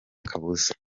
kabuza